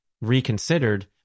reconsidered